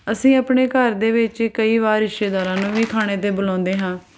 ਅਸੀਂ ਆਪਣੇ ਘਰ ਦੇ ਵਿੱਚ ਕਈ ਵਾਰ ਰਿਸ਼ਤੇਦਾਰਾਂ ਨੂੰ ਵੀ ਖਾਣੇ 'ਤੇ ਬੁਲਾਉਂਦੇ ਹਾਂ